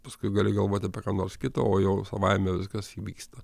paskui gali galvoti apie ką nors kita o jau savaime viskas įvyksta